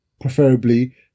preferably